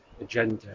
agenda